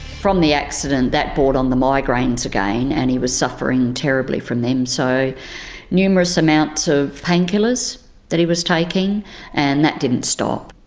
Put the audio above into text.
from the accident that brought on the migraines again again and he was suffering terribly from them. so numerous amounts of painkillers that he was taking and that didn't stop.